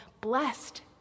blessed